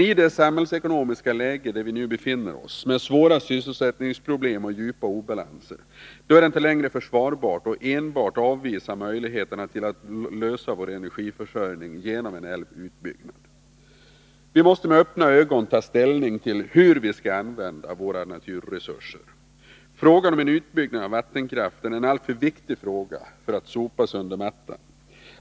I det samhällsekonomiska läge i vilket vi nu befinner oss, med svåra sysselsättningsproblem och djupa obalanser, är det inte längre försvarbart att enbart avvisa möjligheterna att lösa vår energiförsörjning genom en älvutbyggnad. Vi måste med öppna ögon ta ställning till hur vi skall använda våra naturresurser. Frågan om en utbyggnad av vattenkraften är en alltför viktig fråga för att sopas under mattan.